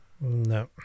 No